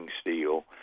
steel